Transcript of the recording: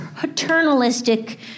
paternalistic